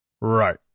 Right